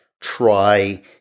try